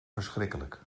verschrikkelijk